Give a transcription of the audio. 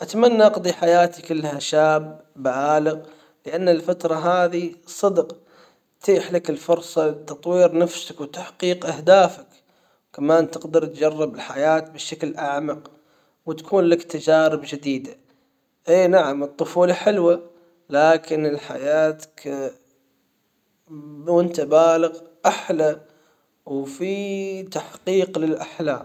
اتمنى أقضي حياتي كلها شاب بالغ لأن الفترة هذي صدق تتيح لك الفرصة تطوير نفسك وتحقيق اهدافك كمان تقدر تجرب الحياة بشكل اعمق وتكون لك تجارب جديدة اي نعم الطفولة حلوة لكن الحياة وانت بالغ احلى وفي تحقيق للاحلام.